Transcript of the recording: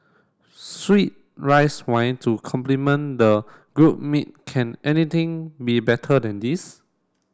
sweet rice wine to complement the grilled meat can anything be better than this